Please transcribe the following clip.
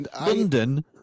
London